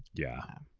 yeah.